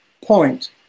point